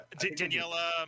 Daniela